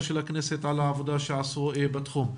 והמידע של הכנסת על העבודה שעשו בתחום.